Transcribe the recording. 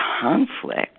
conflict